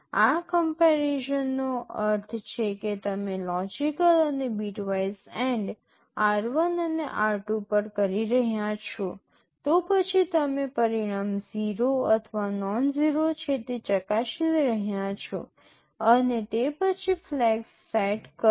આ કમ્પેરિઝન નો અર્થ એ છે કે તમે લોજિકલ અને બિટવાઇઝ AND r1 અને r2 પર કરી રહ્યાં છો તો પછી તમે પરિણામ 0 અથવા નોનઝિરો છે તે ચકાસી રહ્યા છો અને તે પછી ફ્લેગ્સ સેટ કરો